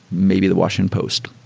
maybe the washington post.